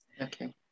Okay